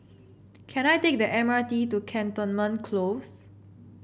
can I take the M R T to Cantonment Close